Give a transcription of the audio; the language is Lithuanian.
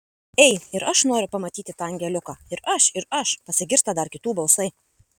ei ir aš noriu pamatyti tą angeliuką ir aš ir aš pasigirsta dar kitų balsai